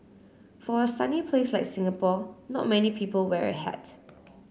for a sunny place like Singapore not many people wear a hat